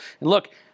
look